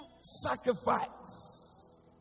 sacrifice